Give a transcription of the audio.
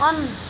on